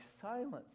silence